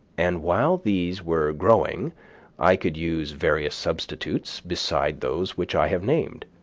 and while these were growing i could use various substitutes beside those which i have named.